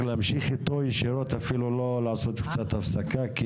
להמשיך איתו ישירות ואפילו לא לעשות הפסקה כי